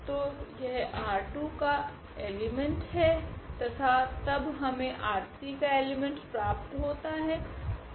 तो यह R2 का एलीमेंट् है तथा तब हमे R3 का एलीमेंट् प्राप्त होता है